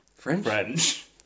French